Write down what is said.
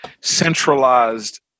centralized